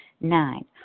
Nine